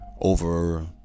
over